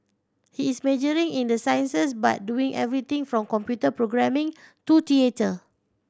he is majoring in the sciences but doing everything from computer programming to theatre